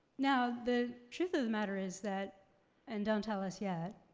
now the truth of the matter is that and don't tell us yet.